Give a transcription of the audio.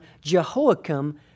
Jehoiakim